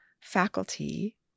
faculty